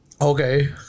Okay